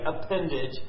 appendage